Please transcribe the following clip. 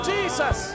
Jesus